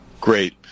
Great